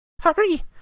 Hurry